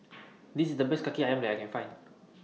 This IS The Best Kaki Ayam that I Can Find